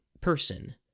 person